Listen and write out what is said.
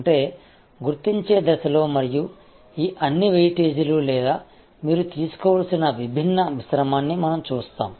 అంటే గుర్తించే దశలో మరియు ఈ అన్ని వెయిటేజీలు లేదా మీరు తీసుకోవలసిన విభిన్న మిశ్రమాన్ని మనం చూస్తాము